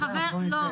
ואת זה אנחנו לא ניתן.